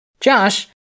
Josh